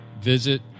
Visit